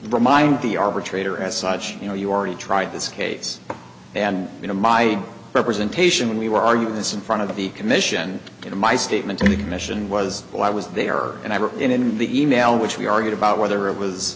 remind the arbitrator as such you know you already tried this case and you know my representation when we were arguing this in front of the commission in my statement to the commission was well i was there and i wrote it in the e mail which we argued about whether it was